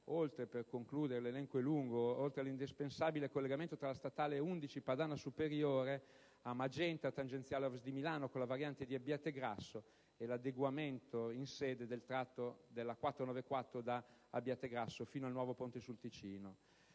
oltre - per concludere, l'elenco è lungo - all'indispensabile collegamento tra la Statale n. 11 «Padana Superiore» a Magenta e la tangenziale ovest di Milano, con la variante di Abbiategrasso e l'adeguamento in sede del tratto della strada statale n. 494 da Abbiategrasso fino al nuovo Ponte sul Ticino.